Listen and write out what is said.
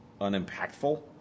unimpactful